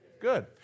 good